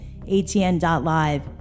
ATN.live